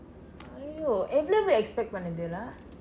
!aiyo! எவ்வளவு:evvalavu expect பண்ணுது:pannuthu lah